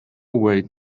way